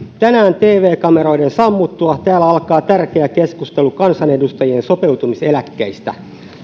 tänään tv kameroiden sammuttua täällä alkaa tärkeä keskustelu kansanedustajien sopeutumiseläkkeistä